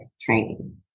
training